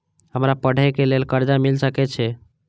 हमरा पढ़े के लेल कर्जा मिल सके छे?